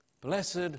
Blessed